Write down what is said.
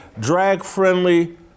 drag-friendly